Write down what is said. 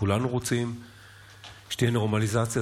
כולנו רוצים שתהיה נורמליזציה,